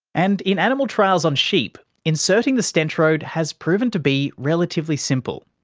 and in animal trials on sheep, inserting the strentrode has proven to be relatively simple.